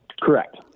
Correct